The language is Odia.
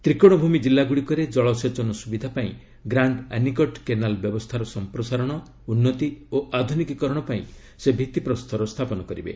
ତ୍ରିକୋଣଭୂମି କିଲ୍ଲାଗୁଡ଼ିକରେ ଜଳସେଚନ ସୁବିଧା ପାଇଁ ଗ୍ରାଣ୍ଡ୍ ଆନିକଟ କେନାଲ ବ୍ୟବସ୍ଥାର ସଂପ୍ରସାରଣ ଉନ୍ନତି ଓ ଆଧୁନିକୀକରଣ ପାଇଁ ସେ ଭିତ୍ତିପ୍ରସ୍ତର ସ୍ଥାପନ କରିବେ